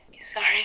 sorry